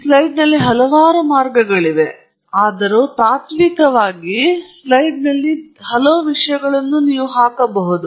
ಈ ಸ್ಲೈಡ್ನಲ್ಲಿ ಹಲವಾರು ಮಾರ್ಗಗಳಿವೆ ಆದಾಗ್ಯೂ ತಾತ್ವಿಕವಾಗಿ ನೀವು ಸ್ಲೈಡ್ನಲ್ಲಿ ಹಲವು ವಿಷಯಗಳನ್ನು ಹಾಕಬಹುದು